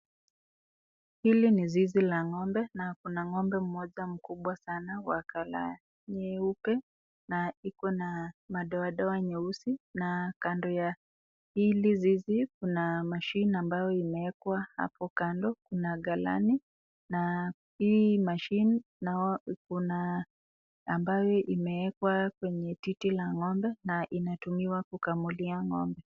Hili ni zizi la ng'ombe, na liko na ng'ombe mmoja mkubwa sana wa color nyeupe na madoadoa nyeusi, na kando ya hili zizi kuna mashini ambayo inawekwa hapo kando na galani, na hii mashini kuna ambayo imeekwa kwenye titi la ng'ombe na inatumika kukamulia ng'ombe.